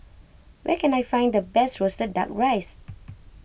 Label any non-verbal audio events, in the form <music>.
where can I find the best Roasted Duck Rice <noise>